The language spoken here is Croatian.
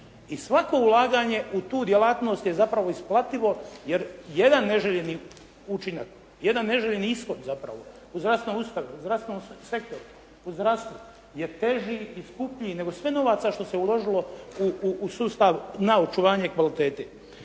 I svako ulaganje u tu djelatnost je zapravo isplativo, jer jedan neželjeni učinak, jedan neželjeni ishod zapravo u zdravstvenom sektoru, u zdravstvu je teži i skuplji nego sve novaca što se uložilo u sustav na očuvanje kvalitete.